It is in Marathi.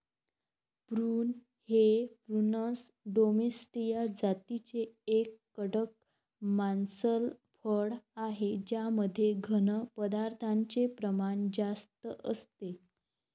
प्रून हे प्रूनस डोमेस्टीया जातीचे एक कडक मांसल फळ आहे ज्यामध्ये घन पदार्थांचे प्रमाण जास्त असते